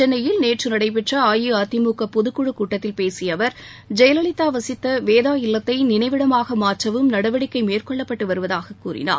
சென்னையில் நேற்று நடைபெற்ற அஇஅதிமுக பொதுக்குழுக் கூட்டத்தில் பேசிய அவர் ஜெயலலிதா வசித்த வேதா இல்லத்தை நினைவிடமாக மாற்றவும் நடவடிக்கை மேற்கொள்ளப்பட்டு வருவதாகக் கூறினார்